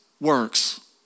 works